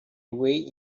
way